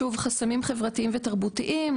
שוב חסמים חברתיים ותרבותיים,